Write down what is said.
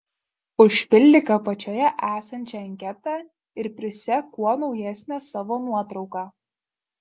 užpildyk apačioje esančią anketą ir prisek kuo naujesnę savo nuotrauką